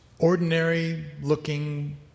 ordinary-looking